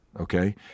Okay